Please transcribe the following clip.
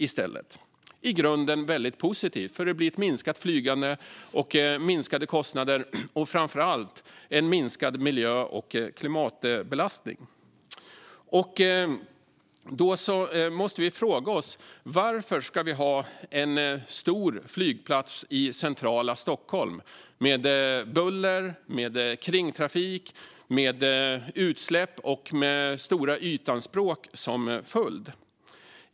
Det är i grunden väldigt positivt, eftersom det blir ett minskat flygande och minskade kostnader och framför allt en minskad miljö och klimatbelastning. Då måste vi fråga oss: Varför ska vi ha en stor flygplats i centrala Stockholm med buller, kringtrafik, utsläpp och stora ytanspråk som följd?